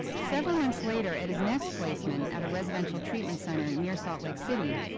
several months later at his next placement at a residential treatment center near salt lake city,